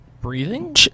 breathing